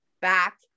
back